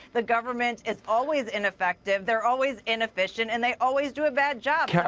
the government is always ineffective. they're always inefficient and they always do a bad job.